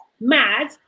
mad